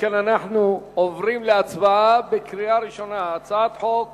אנחנו עוברים להצבעה בקריאה ראשונה: הצעת חוק